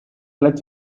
let